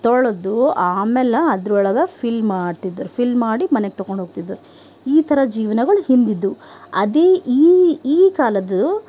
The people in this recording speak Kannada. ತೊಳೆದು ಆಮೇಲೆ ಅದ್ರೊಳಗೆ ಫಿಲ್ ಮಾಡ್ತಿದ್ದರು ಫಿಲ್ ಮಾಡಿ ಮನೆಗೆ ತಕೊಂಡು ಹೋಗ್ತಿದ್ದರು ಈ ಥರ ಜೀವ್ನಗಳು ಹಿಂದಿದ್ದವು ಅದೇ ಈ ಈ ಕಾಲದ್ದು